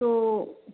तो